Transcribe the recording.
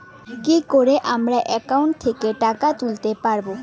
কি করে আমার একাউন্ট থেকে টাকা তুলতে পারব?